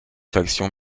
faction